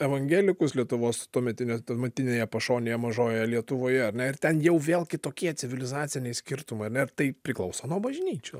evangelikus lietuvos tuometinė tuometinėje pašonėje mažojoje lietuvoje ar ne ir ten jau vėl kitokie civilizaciniai skirtumai ar ne ir tai priklauso nuo bažnyčių